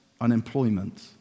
unemployment